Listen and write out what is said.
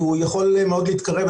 כי הוא יכול מאוד להתקרב.